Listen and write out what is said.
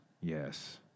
yes